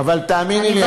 אבל תאמיני לי,